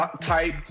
type